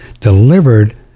delivered